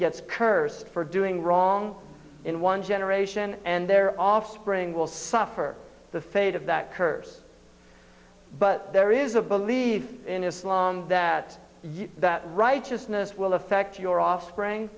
gets cursed for doing wrong in one generation and their offspring will suffer the fate of that curse but there is a belief in islam that that right just minutes will affect your offspring